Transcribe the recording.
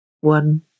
one